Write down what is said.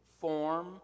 form